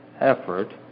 effort